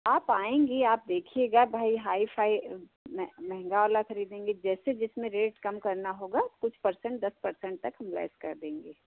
आप आएंगी आप देखिएगा भाई हाई फाई मह महँगा वाला ख़रीदेंगी जैसे जिसमें रेट कम करना होगा कुछ पर्सेन्ट दस पर्सेन्ट तक हम लेस कर देंगे